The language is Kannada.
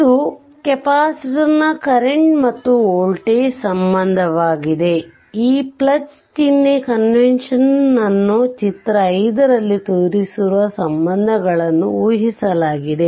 ಇದು ಕೆಪಾಸಿಟರ್ನ ಕರೆಂಟ್ ಮತ್ತು ವೋಲ್ಟೇಜ್ ಸಂಬಂಧವಾಗಿದೆ ಇದು ಚಿಹ್ನೆ ಕನ್ವೆಂಷನ್ ನ್ನು ಚಿತ್ರ 5 ರಲ್ಲಿ ತೋರಿಸಿರುವ ಸಂಬಂಧಗಳನ್ನು ಊಹಿಸಲಾಗಿದೆ